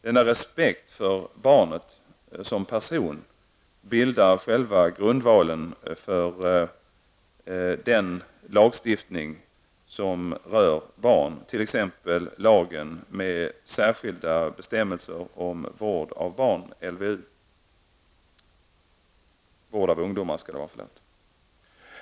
Denna respekt för barnet som person bildar själva grundvalen för den lagstiftning som berör barn, t.ex. lagen med särskilda bestämmelser om vård av unga, LVU.